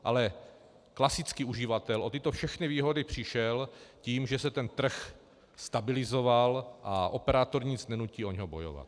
Ale klasický uživatel o tyto všechny výhody přišel tím, že se trh stabilizoval a operátora nic nenutí o něj bojovat.